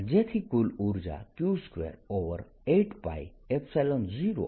જેથી કુલ ઉર્જા Q28π0R બનશે